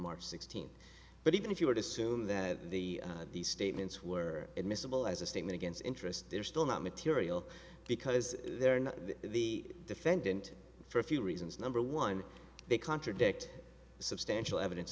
march sixteenth but even if you would assume that the these statements were admissible as a statement against interest they're still not material because they're not the defendant for a few reasons number one they contradict substantial evidence